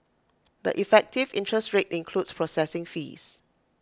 the effective interest rate includes processing fees